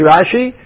Rashi